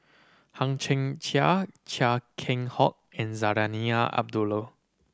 Hang Chang Chieh Chia Keng Hock and Zarinah Abdullah